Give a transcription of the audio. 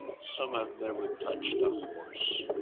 some have never touched a horse.